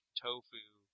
tofu